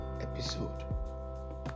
episode